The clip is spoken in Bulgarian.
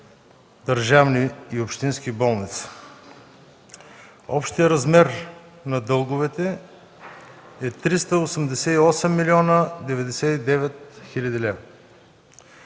държавни и общински болници. Общият размер на дълговете е 388 млн. 99 хил. лв.